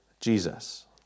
Jesus